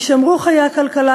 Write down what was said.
ישמרו חיי הכלכלה,